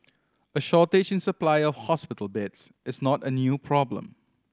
a shortage in supply of hospital beds is not a new problem